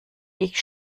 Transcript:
ich